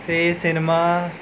ਅਤੇ ਸਿਨਮਾ